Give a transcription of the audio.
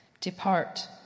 Depart